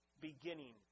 beginning